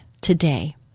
today